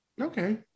Okay